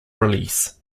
release